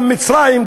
גם מצרים,